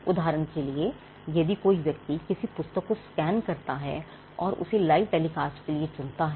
उदाहरण के लिए कोई व्यक्ति किसी पुस्तक को स्कैन करता है और उसे लाइव टेलीकास्ट करने के लिए चुनता है